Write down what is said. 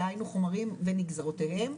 דהיינו חומרים וניגזרותיהם,